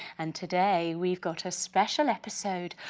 and today we've got a special episode.